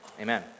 Amen